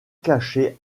caché